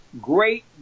great